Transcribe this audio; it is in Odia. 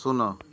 ଶୂନ